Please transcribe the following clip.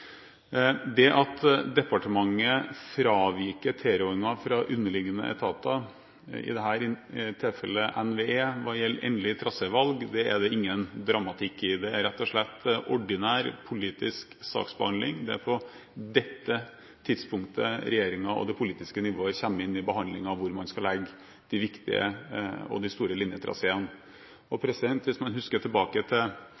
Det at departementet fraviker tilrådingen fra underliggende etater, i dette tilfellet NVE, hva gjelder endelig trasévalg, er det ingen dramatikk i. Det er rett og slett ordinær politisk saksbehandling. Det er på dette tidspunktet regjeringen og det politiske nivået kommer inn i behandlingen av hvor man skal legge de viktige og store linjetraseene. Hvis man husker tilbake til